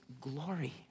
glory